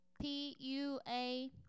P-U-A